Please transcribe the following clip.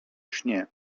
śnie